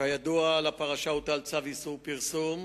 כידוע, על הפרשה הוטל צו איסור פרסום,